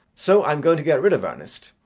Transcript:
so i am going to get rid of ernest.